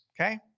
okay